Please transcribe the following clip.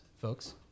folks